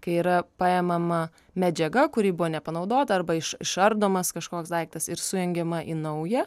kai yra paimama medžiaga kuri buvo nepanaudota arba iš išardomas kažkoks daiktas ir sujungiama į naują